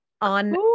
on